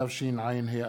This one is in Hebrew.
התשע"ה 2014,